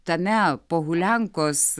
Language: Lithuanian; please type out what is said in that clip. tame pohuliankos